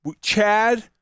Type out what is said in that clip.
Chad